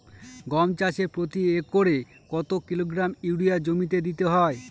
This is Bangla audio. গম চাষে প্রতি একরে কত কিলোগ্রাম ইউরিয়া জমিতে দিতে হয়?